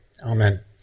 Amen